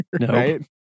right